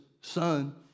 son